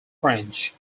french